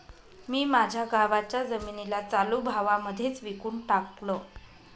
मी माझ्या गावाच्या जमिनीला चालू भावा मध्येच विकून टाकलं